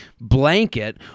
Blanket